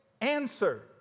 Answer